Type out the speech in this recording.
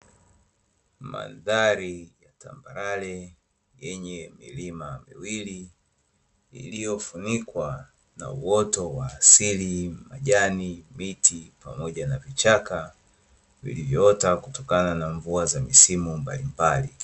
Mandhari ya tambarare yenye milima miwili iliyofunikwa na uoto wa asili, majani, miti pamoja na vichaka, vilivyoota kutokana na mvua za misimu mbalimbali.